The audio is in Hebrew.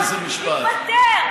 תתפטר.